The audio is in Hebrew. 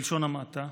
בלשון המעטה,